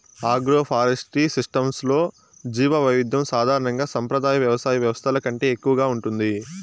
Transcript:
agroforestry సిస్టమ్స్లో జీవవైవిధ్యం సాధారణంగా సంప్రదాయ వ్యవసాయ వ్యవస్థల కంటే ఎక్కువగా ఉంటుంది